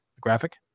graphic